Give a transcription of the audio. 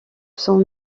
cents